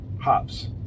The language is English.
hops